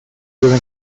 during